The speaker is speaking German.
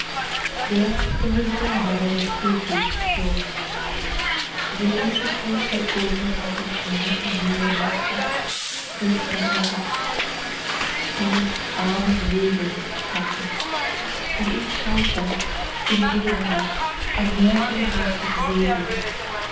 der in der ferne majestätisch floß sehn sie das große goldne auge schwimmen im blauen wasser rief maria hastig still armes wesen sprach ich und ich schaute im dämmerlicht ein märchenhaftes weben